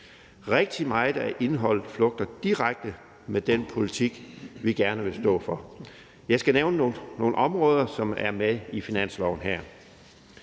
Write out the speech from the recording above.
Rigtig meget af indholdet flugter direkte med den politik, vi gerne vil stå for. Jeg skal nævne nogle områder, som er med i finansloven her.